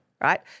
right